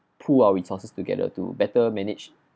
pool our resources together to better manage